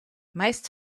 meist